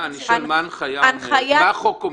מה החוק אומר?